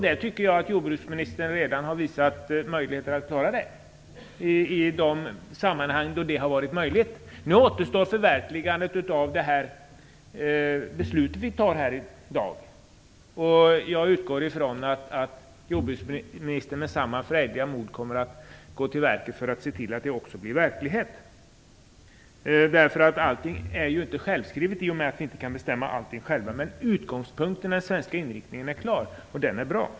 Där har jordbruksministern redan visat att hon klarar det i de sammanhang där detta har varit möjligt. Nu återstår förverkligandet av det beslut som vi fattar här i dag. Jag utgår ifrån att jordbruksministern med samma frejdiga mod kommer att gå till verket för att se till att det också realiseras. Allting är ju inte självskrivet i och med att vi inte kan bestämma allting själva. Men utgångspunkten för den svenska inriktningen är klar, och det är bra.